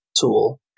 tool